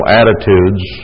attitudes